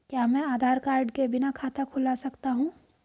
क्या मैं आधार कार्ड के बिना खाता खुला सकता हूं?